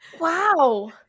Wow